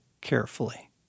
carefully